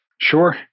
Sure